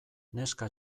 neska